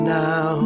now